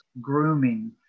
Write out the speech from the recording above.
grooming